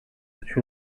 who